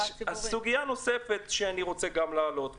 סוגיה נוספת שאני רוצה גם להעלות פה.